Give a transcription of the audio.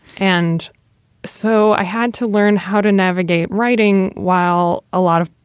and so i had to learn how to navigate writing while a lot of